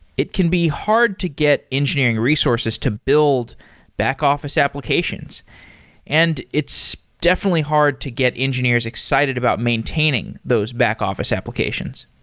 it can be hard to get engineering resources to build back-office applications and it's definitely hard to get engineers excited about maintaining those back-office applications.